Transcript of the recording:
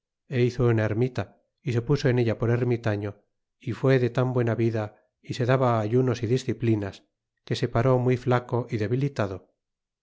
é hizo una ermita é se puso en ella por ermitaño é fué de tan buena vida ó se daba ayunos y disciplinas que se paró muy flaco é debilitado